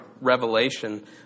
Revelation